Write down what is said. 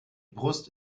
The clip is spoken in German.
brust